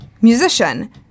musician